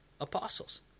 apostles